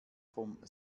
vom